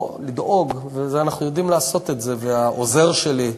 פה לדאוג, ואנחנו יודעים לעשות את זה, והעוזר שלי,